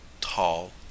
tall